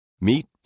Meet